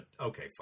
okay